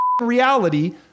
reality